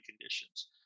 conditions